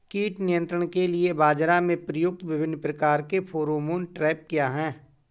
कीट नियंत्रण के लिए बाजरा में प्रयुक्त विभिन्न प्रकार के फेरोमोन ट्रैप क्या है?